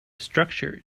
structure